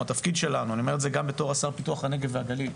אני אומר, גם בתור השר לפיתוח הנגב והגליל,